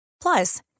Plus